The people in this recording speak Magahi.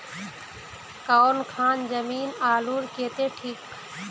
कौन खान जमीन आलूर केते ठिक?